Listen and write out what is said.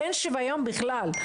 אין שוויון בכלל,